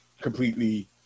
completely